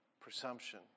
presumption